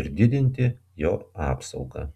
ir didinti jo apsaugą